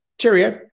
Cheerio